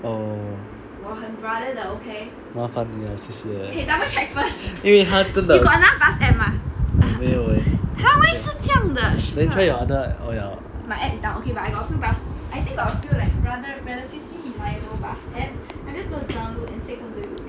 oh 麻烦你了谢谢真的我没有 leh then try your other oh ya